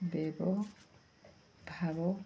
ଭେଦ ଭାବ